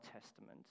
Testament